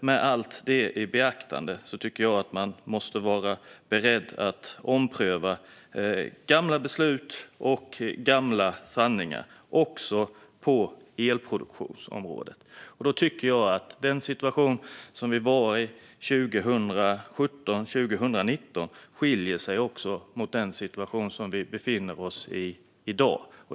Med allt detta i beaktande tycker jag att man måste vara beredd att ompröva gamla beslut och gamla sanningar, också på elproduktionsområdet. Den situation som vi var i 2017-2019 skiljer sig från den situation som vi i dag befinner oss i.